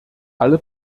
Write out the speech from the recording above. alle